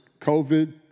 COVID